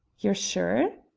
you are sure?